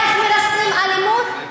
איך מרסנים אלימות?